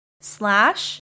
slash